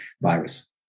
virus